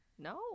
No